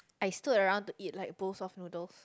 I stood around to eat like bowl of noodles